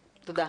תודה.